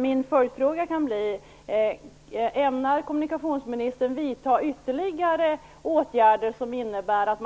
Min följdfråga kan bli: Ämnar kommunikationsministern vidta ytterligare åtgärder som innebär att